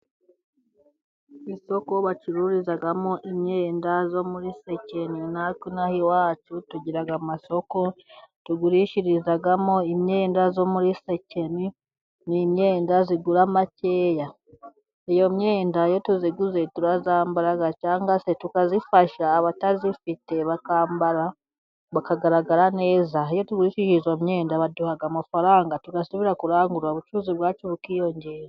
Isoko bacururizamo imyenda yo muri sekeni, natwe naha iwacu tugira amasoko tugurishirizamo imyenda yo muri sekeni, ni imyenda igura makeya. iyo myenda iyo tuyiguze turayambara cyangwa se tukayifasha abatayifite bakambara bakagaragara neza, iyo tugurishije iyo myenda baduha amafaranga tugasubira kurangura ubucuruzi bwacu bukiyongera.